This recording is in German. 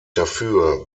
dafür